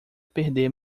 perder